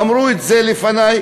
אמרו את זה לפני,